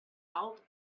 salt